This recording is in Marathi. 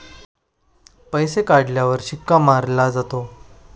पैसे काढण्यावर शिक्का मारला जातो